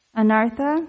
anartha